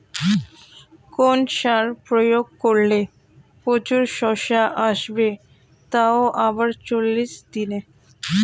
কোন সার প্রয়োগ করলে প্রচুর শশা আসবে তাও আবার চল্লিশ দিনে?